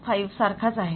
5 सारखाच आहे